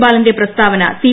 ബാലന്റെ പ്രസ്താവന സി